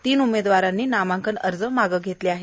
तीन उमेदवारांनी नामांकन अर्ज मागं घेतले आहे